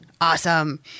Awesome